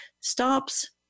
stops